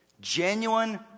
Genuine